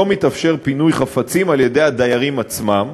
לא מתאפשר פינוי חפצים על-ידי הדיירים עצמם.